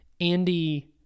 Andy